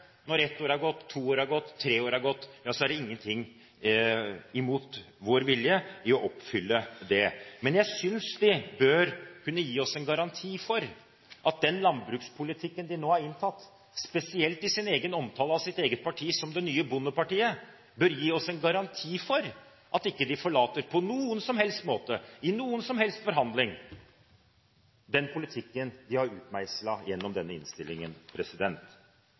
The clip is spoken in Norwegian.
når ett år, to år, eller tre år er gått, er det ikke mot vår vilje å oppfylle det. Men jeg synes de – spesielt siden de omtaler sitt eget parti som det nye bondepartiet – bør gi oss en garanti for at de ikke på noen som helst måte, i noen som helst forhandling, forlater den politikken de har utmeislet gjennom denne innstillingen.